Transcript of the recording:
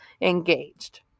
engaged